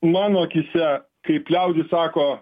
mano akyse kaip liaudis sako